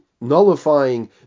nullifying